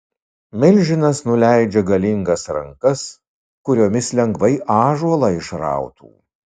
milžinas nuleidžia galingas rankas kuriomis lengvai ąžuolą išrautų